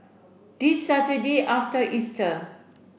this Saturday after Easter